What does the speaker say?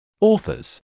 Authors